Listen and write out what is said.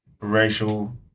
racial